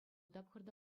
тапхӑрта